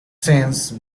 since